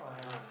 (uh huh)